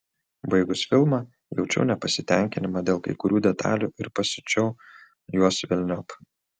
baigus filmą jaučiau nepasitenkinimą dėl kai kurių detalių ir pasiučiau juos velniop